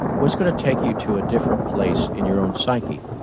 what's gonna take you to a different place in your own psyche?